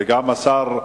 וגם השר,